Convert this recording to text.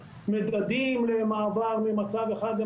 האם באמת מדובר רק ב-300 מורים,